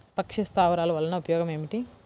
పక్షి స్థావరాలు వలన ఉపయోగం ఏమిటి?